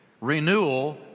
renewal